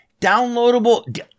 downloadable